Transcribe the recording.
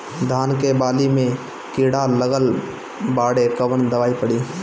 धान के बाली में कीड़ा लगल बाड़े कवन दवाई पड़ी?